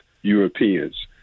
Europeans